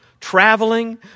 Traveling